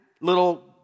little